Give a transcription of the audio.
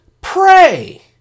pray